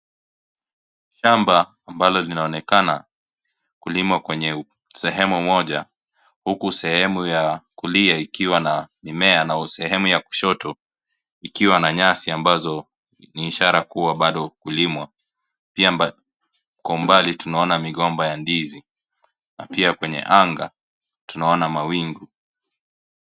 Shamba ambalo linaonekana kulimwa kwenye sehemu moja, huku sehemu ya kulia ikiwa na mimea nao sehemu ya kushoto ikiwa na nyasi ambazo ni ishara kuwa bado kulimwa, pia kwa umbali tunaona migomba ya ndizi na pia kwenye anga tunaona mawingu.